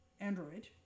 Android